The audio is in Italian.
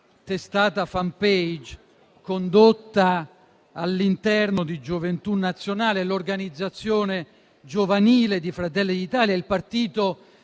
testata «Fanpage» condotta all'interno di Gioventù Nazionale, l'organizzazione giovanile di Fratelli d'Italia, il partito